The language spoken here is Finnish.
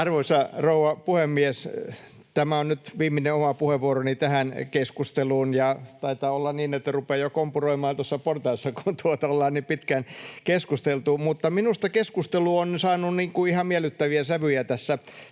Arvoisa rouva puhemies! Tämä on nyt viimeinen oma puheenvuoroni tähän keskusteluun. Taitaa olla niin, että rupeaa jo kompuroimaan noissa portaissa, kun ollaan niin pitkään keskusteltu. Mutta minusta keskustelu on saanut ihan miellyttäviä sävyjä tässä